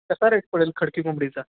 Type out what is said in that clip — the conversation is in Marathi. कसा रेट पडेल खडकी कोंबडीचा